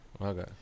Okay